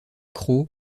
cros